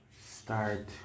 Start